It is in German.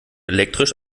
elektrisch